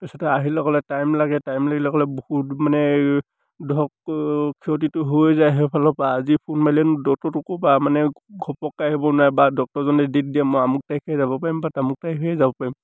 তাৰপিছতে আহিলে ক'লে টাইম লাগে টাইম লাগিলে ক'লে বহুত মানে ধৰক ক্ষতিটো হৈ যায় সেইফালৰপৰা আজি ফোন মাৰিলেনো ডক্তৰটো ক'ৰপৰা মানে ঘপককৈ আহিব নোৱাৰে বা ডক্টৰজনে ডেট দিয়ে মই আমুক তাৰিখে যাব পাৰিম বা তামুক তাৰিখেহে যাব পাৰিম